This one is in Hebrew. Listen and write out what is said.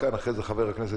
לכן מי שחוזר